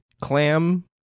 clam